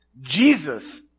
Jesus